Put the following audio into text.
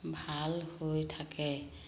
ভাল হৈ থাকে